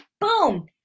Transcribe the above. boom